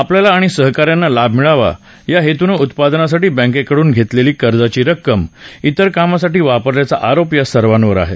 आपल्याला आणि सहका यांना लाभ मिळावा या हेतूनं उत्पादनासाठी बँकेकडून घेतलेली कर्जाची रक्कम वेर कामासाठी वापरल्याचा आरोप या सर्वावर आहे